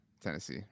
Tennessee